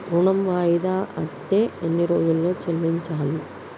ఋణం వాయిదా అత్తే ఎన్ని రోజుల్లో చెల్లించాలి?